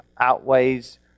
outweighs